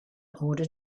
order